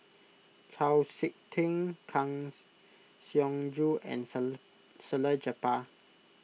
Chau Sik Ting Kang Siong Joo and Salleh Japar